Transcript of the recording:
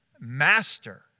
master